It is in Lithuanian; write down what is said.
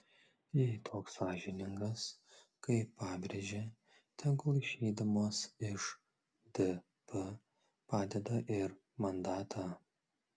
jei toks sąžiningas kaip pabrėžė tegul išeidamas iš dp padeda ir mandatą